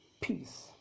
peace